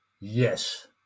yes